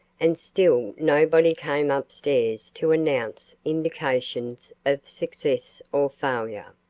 and still nobody came upstairs to announce indications of success or failure.